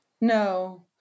No